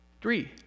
Three